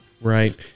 Right